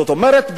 זאת אומרת,